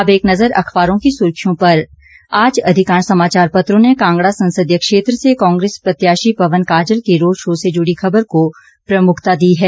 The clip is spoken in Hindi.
अब एक नजर अखबारों की सुर्खियों पर आज अधिकांश समाचार पत्रों ने कांगड़ा संसदीय क्षेत्र से कांग्रेस प्रत्याशी पवन काजल को रोड शो से जुड़ी खबर को प्रमुखता दी है